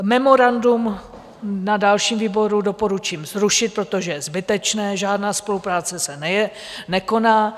Memorandum na dalším výboru doporučím zrušit, protože je zbytečné, žádná spolupráce se nekoná.